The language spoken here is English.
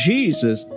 Jesus